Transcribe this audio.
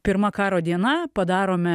pirma karo diena padarome